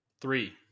three